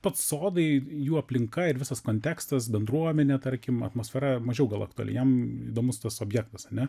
pats sodai jų aplinka ir visas kontekstas bendruomenė tarkim atmosfera mažiau gal aktuali jam įdomus tas objektas ane